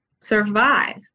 survive